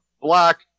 black